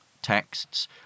Texts